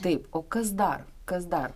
taip o kas dar kas dar